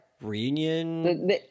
reunion